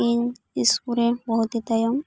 ᱤᱧ ᱤᱥᱠᱩᱞ ᱨᱮ ᱵᱷᱚᱨᱛᱤ ᱛᱟᱭᱚᱢ